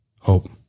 hope